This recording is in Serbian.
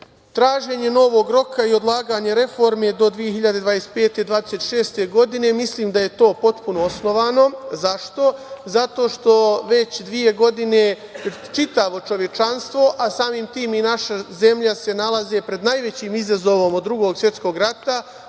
traženje novog roka i odlaganje reforme do 2025. i 2026. godine, mislim da je to potpuno osnovano. Zašto? Zato što već dve godine čitavo čovečanstvo, a samim tim i naša zemlja se nalazi pred najvećim izazovom od Drugog svetskog rata,